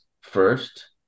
first